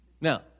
Now